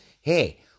hey